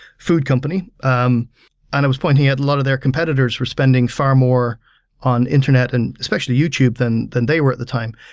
food company um and it was pointing at a lot of their competitors were spending far more on internet and especially youtube than than they were at the time.